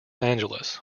angeles